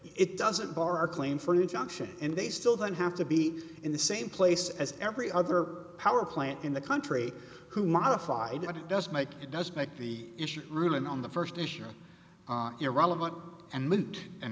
it doesn't bar our claim for an injunction and they still don't have to be in the same place as every other power plant in the country who modified it does make it doesn't make the issue a ruling on the first issue irrelevant and meant in